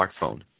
smartphone